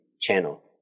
channel